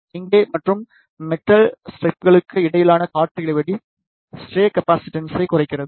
இங்கே மற்றும் மெட்டல் ஸ்ட்ரைப்களுக்கு இடையிலான காற்று இடைவெளி ஸ்ட்ரே கெப்பாசிடன்ஸை குறைக்கிறது